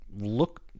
look